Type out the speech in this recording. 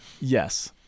Yes